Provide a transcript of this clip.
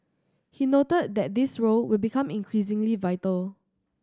he noted that this role will become increasingly vital